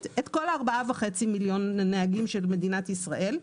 את כל ה-4.5 מיליון נהגים של מדינת ישראל.